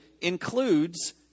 includes